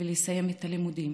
ולסיים את הלימודים.